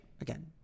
Again